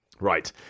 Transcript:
Right